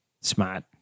Smart